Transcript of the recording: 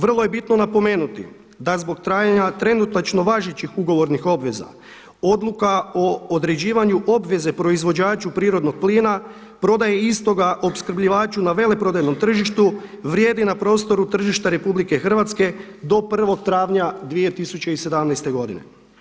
Vrlo je bitno napomenuti za zbog trajanja trenutačno važećih ugovornih obveza odluka o određivanju obveze proizvođaču prirodnog plina, prodaje istoga opskrbljivaču na veleprodajnom tržištu na vrijedi na prostoru tržišta RH do 1. travnja 2017. godine.